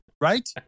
right